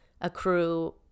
accrue